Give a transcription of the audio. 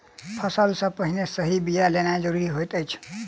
फसिल सॅ पहिने सही बिया लेनाइ ज़रूरी होइत अछि